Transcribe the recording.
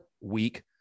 week